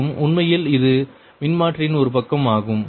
மற்றும் உண்மையில் இது மின்மாற்றியின் ஒரு பக்கம் ஆகும்